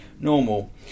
normal